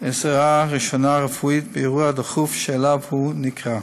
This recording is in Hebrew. עזרה ראשונה רפואית באירוע דחוף שאליו הוא נקרא.